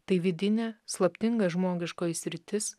tai vidinė slaptinga žmogiškoji sritis